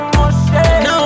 Now